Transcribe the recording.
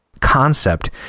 concept